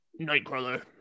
Nightcrawler